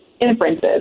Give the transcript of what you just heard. inferences